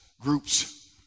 groups